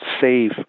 save